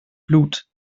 blut